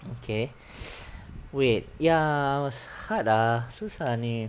okay wait ya was hard ah susah ni